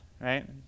right